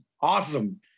awesome